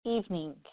evening